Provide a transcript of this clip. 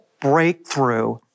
breakthrough